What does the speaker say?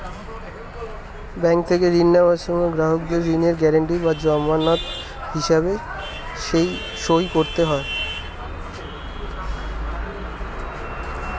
bank থেকে ঋণ নেওয়ার সময় গ্রাহকদের ঋণের গ্যারান্টি বা জামানত হিসেবে সই করতে হয়